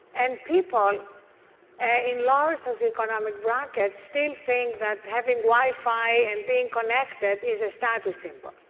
and people ah in lower socioeconomic brackets still think that having wifi and being connected is a status symbol.